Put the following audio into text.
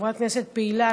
חברת כנסת פעילה,